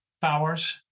powers